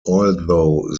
although